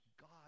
God